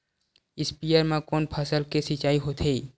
स्पीयर म कोन फसल के सिंचाई होथे?